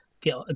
get